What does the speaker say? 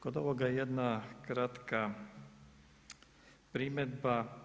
Kod ovoga jedna kratka primjedba.